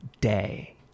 day